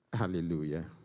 hallelujah